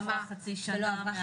שלא עברה חצי שנה,